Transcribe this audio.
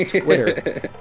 Twitter